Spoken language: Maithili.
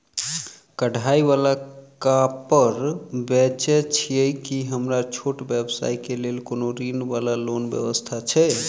कढ़ाई वला कापड़ बेचै छीयै की हमरा छोट व्यवसाय केँ लेल कोनो ऋण वा लोन व्यवस्था छै?